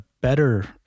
better